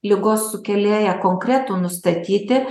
ligos sukėlėją konkretų nustatyti